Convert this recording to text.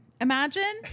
Imagine